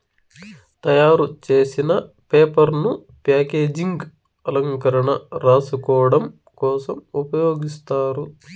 తయారు చేసిన పేపర్ ను ప్యాకేజింగ్, అలంకరణ, రాసుకోడం కోసం ఉపయోగిస్తారు